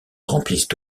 remplissent